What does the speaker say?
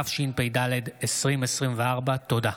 התשפ"ד 2024. תודה.